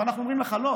ואנחנו אומרים לך: לא,